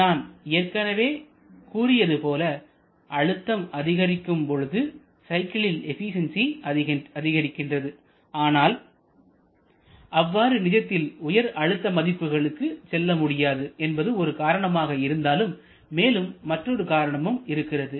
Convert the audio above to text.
நான் ஏற்கனவே கூறியதுபோல அழுத்தம் அதிகரிக்கும் பொழுது சைக்கிளில் எபிசியன்சி அதிகரிக்கின்றது ஆனால் அவ்வாறு நிஜத்தில் உயர் அழுத்த மதிப்புகளுக்கு செல்ல முடியாது என்பது ஒரு காரணமாக இருந்தாலும் மேலும் மற்றொரு காரணமும் இருக்கிறது